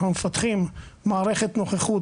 אנחנו מפתחים מערכת נוכחות,